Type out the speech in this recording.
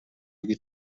اگه